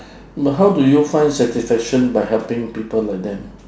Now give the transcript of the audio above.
but how do you find satisfaction by helping people like them